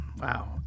Wow